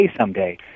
someday